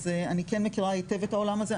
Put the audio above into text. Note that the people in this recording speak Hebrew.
אז אני כן מכירה היטב את העולם הזה.